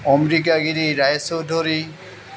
Ambikagiri Roy Choudhury